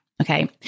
Okay